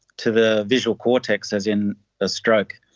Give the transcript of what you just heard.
to the visual cortex, as in a stroke.